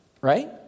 right